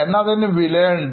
എന്നാൽ അതിനു വിലയുണ്ട്